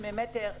2 מטר,